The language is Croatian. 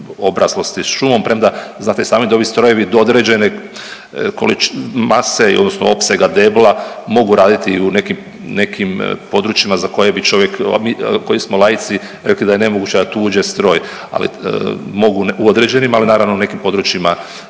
obraslosti šumom, premda znate i sami da ovi strojevi do određene mase odnosno opsega debla mogu raditi i u nekim, nekim područjima za koje bi čovjek, a mi koji smo laici rekli da je nemoguće da tu uđe stroj, ali u određenim, ali naravno u nekim područjima